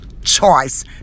choice